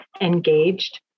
engaged